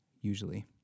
usually